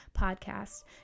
podcast